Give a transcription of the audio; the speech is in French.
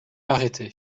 arrêté